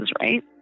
Right